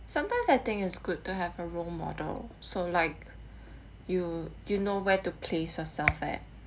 sometimes I think is good to have a role model so like you you know where to place yourself at